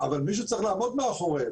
מישהו צריך לעמוד מאחוריהן.